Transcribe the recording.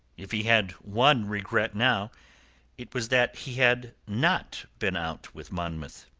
if he had one regret now it was that he had not been out with monmouth.